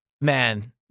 Man